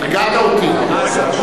הרגעת אותי.